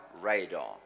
radar